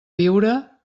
viure